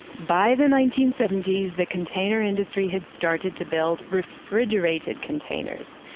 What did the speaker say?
by the nineteen seventy s the container industry had started to build refrigerated containers,